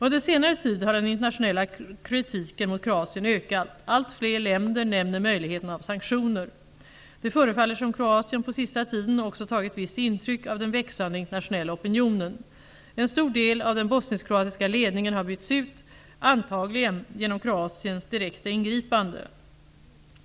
Under senare tid har den internationella kritiken mot Kroatien ökat. Allt fler länder nämner möjligheten av sanktioner. Det förefaller som om Kroatien på sista tiden också tagit visst intryck av den växande internationella opinionen. En stor del av den bosnisk-kroatiska ledningen har bytts ut; antagligen genom Kroatiens direkta ingripande.